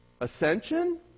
ascension